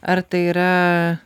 ar tai yra